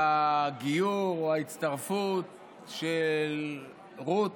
הגיור, ההצטרפות של רות,